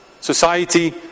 society